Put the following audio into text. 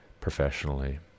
professionally